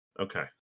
Okay